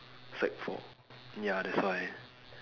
sec four ya that's why